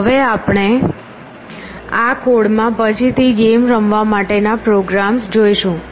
હવે આપણે આ કોડ માં પછીથી ગેમ રમવા માટેના પ્રોગ્રામ્સ જોશું